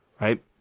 Right